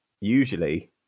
usually